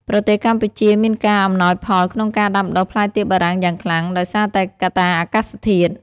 ប្រទេសកម្ពុជាមានការអំណោយផលក្នុងការដាំដុះផ្លែទៀបបារាំងយ៉ាងខ្លាំង ដោយសារតែកត្តាអាកាសធាតុ។